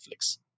Netflix